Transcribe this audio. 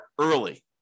early